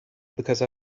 because